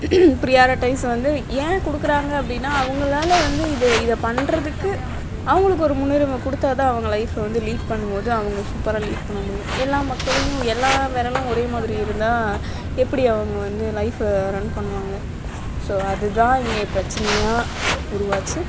priorities வந்து ஏன் கொடுக்குறாங்க அப்படினா அவங்களால் வந்து இது இதை பண்ணுறதுக்கு அவர்களுக்கு ஒரு முன்னுரிமை கொடுத்தா தான் அவங்க லைஃப் வந்து லீட் பண்ணும்போது அவங்க சூப்பராக லீட் பண்ணமுடியும் எல்லா மக்களையும் எல்லா விரலும் ஒரே மாதிரி இருந்தால் எப்படி அவங்க வந்து லைஃப்பை ரன் பண்ணுவாங்க ஸோ அதுதான் இங்கே பிரச்சினையா உருவாச்சு